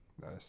Nice